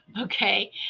okay